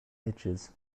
edges